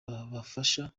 bafasha